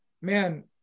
Man